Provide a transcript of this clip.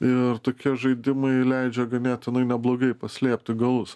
ir tokie žaidimai leidžia ganėtinai neblogai paslėpti galus